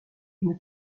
une